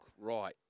right